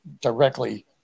directly